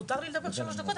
מותר לי לדבר שלוש דקות.